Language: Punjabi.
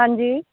ਹਾਂਜੀ